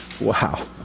Wow